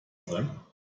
sein